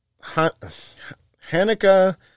Hanukkah